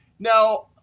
now,